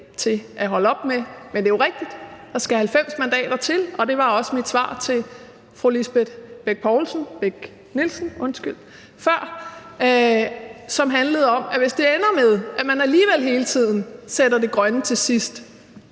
til at holde op med. Men det er jo rigtigt, at der skal 90 mandater til, og det var også mit svar til fru Lisbeth Bech Nielsen før, som handlede om, at hvis det ender med, at man alligevel hele tiden sætter det grønne til sidst,